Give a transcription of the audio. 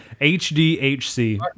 HDHC